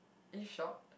are you shocked